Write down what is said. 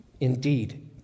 indeed